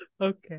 Okay